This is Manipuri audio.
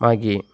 ꯃꯥꯒꯤ